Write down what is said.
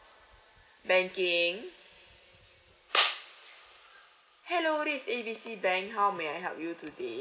banking hello this is A B C bank how may I help you today